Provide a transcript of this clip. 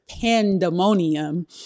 pandemonium